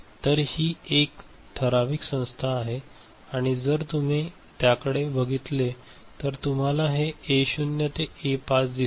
तर ही एक ठराविक संस्था आहे आणि जर तुम्ही त्याकडे बघितले तर तुम्हाला तेथे ए 0 ते ए 5 दिसेल